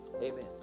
Amen